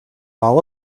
all